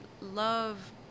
love